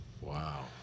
Wow